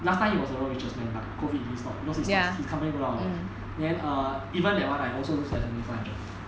last time he was the world richest man but COVID he stops because he stops he commit wealth a lot then err even that one I also lost S&P five hundred